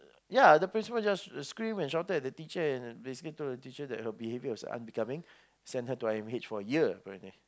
ya the principal just scream and shouted at the teacher and basically told the teacher that her behavior was unbecoming sent her to I_M_H for a year apparently